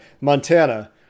Montana